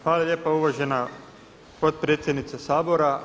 Hvala lijepa uvažena potpredsjednice Sabora.